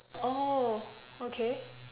orh okay